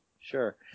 sure